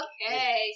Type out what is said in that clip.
Okay